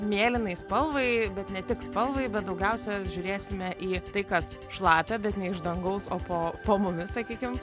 mėlynai spalvai bet ne tik spalvai bet daugiausiai žiūrėsime į tai kas šlapia bet ne iš dangaus o po po mumis sakykim